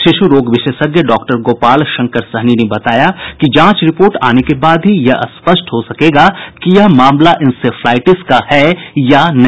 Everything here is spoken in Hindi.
शिशु रोग विशेषज्ञ डॉ गोपाल शंकर सहनी ने बताया कि जांच रिपोर्ट आने के बाद ही यह स्पष्ट हो सकेगा की यह मामला इंसेफ्लाइटिस का है या नहीं